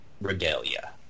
regalia